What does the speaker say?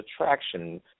Attraction